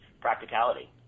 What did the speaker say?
practicality